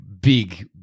big